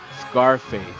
scarface